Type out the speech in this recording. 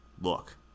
Look